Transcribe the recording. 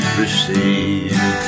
receive